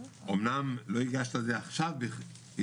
שאומנם לא הגשתי על זה עכשיו הסתייגות,